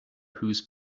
whose